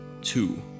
two